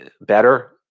Better